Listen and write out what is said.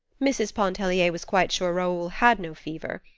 mrs. pontellier was quite sure raoul had no fever.